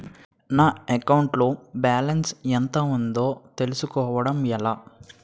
నా అకౌంట్ లో బాలన్స్ ఎంత ఉందో తెలుసుకోవటం ఎలా?